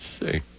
see